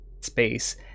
space